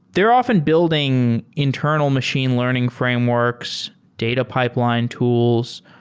they're often building internal machine learning frameworks, data pipeline tools.